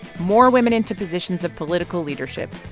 more women into positions of political leadership,